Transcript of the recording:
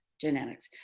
genetics.